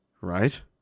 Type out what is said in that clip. Right